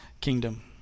kingdom